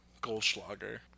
Goldschlager